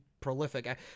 prolific